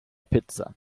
pizza